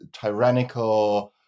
tyrannical